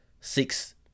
six